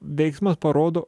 veiksmas parodo